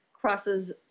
crosses